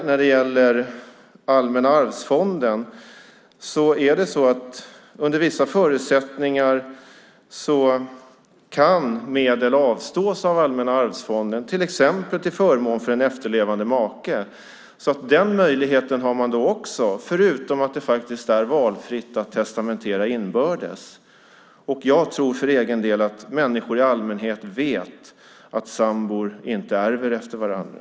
När det gäller Allmänna arvsfonden kan medel i vissa fall avstås av Allmänna arvsfonden, till exempel till förmån för en efterlevande make eller maka. Den möjligheten har man alltså också, förutom att det faktiskt är valfritt att testamentera inbördes. Jag tror för egen del att människor i allmänhet vet att sambor inte ärver varandra.